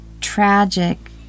tragic